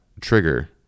trigger